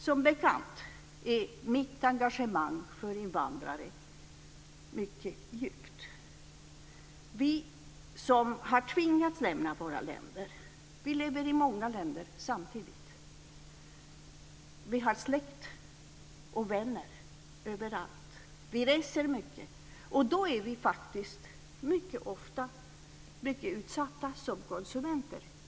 Som bekant är mitt engagemang för invandrare mycket djupt. Vi som har tvingats lämna våra länder lever i många länder samtidigt. Vi har släkt och vänner överallt. Vi reser mycket. Då är vi faktiskt mycket ofta mycket utsatta som konsumenter.